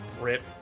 Rip